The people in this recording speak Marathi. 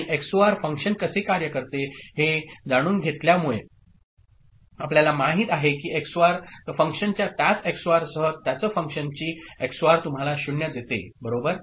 आणि XOR फंक्शन कसे कार्य करते हे जाणून घेतल्यामुळे आपल्याला माहित आहे की XOR च फंक्शनच्या त्याच XOR सह त्याच फंक्शनची XOR तुम्हाला 0 देते बरोबर